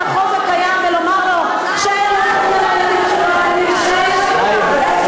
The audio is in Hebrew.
החוק הקיים ולומר לו שאין לו זכות על הילדים שלו עד